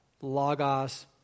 Logos